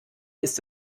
ist